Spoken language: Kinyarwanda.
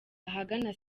ahagana